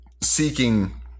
seeking